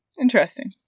Interesting